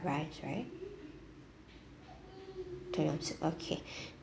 rice right tom yum soup okay